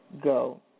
go